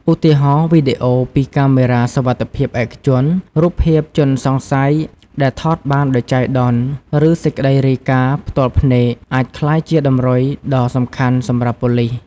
ឧទាហរណ៍វីដេអូពីកាមេរ៉ាសុវត្ថិភាពឯកជន រូបភាពជនសង្ស័យ ដែលថតបានដោយចៃដន្យ ឬសេចក្តីរាយការណ៍ផ្ទាល់ភ្នែក អាចក្លាយជាតម្រុយដ៏សំខាន់សម្រាប់ប៉ូលិស។